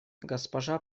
госпожа